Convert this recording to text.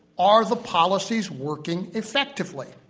are the policies working effectively?